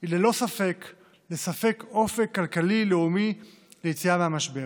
היא ללא ספק לספק אופק כלכלי לאומי ליציאה מהמשבר.